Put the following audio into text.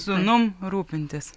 sūnum rūpintis